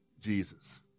Jesus